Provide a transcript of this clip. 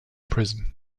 prison